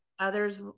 others